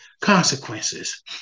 consequences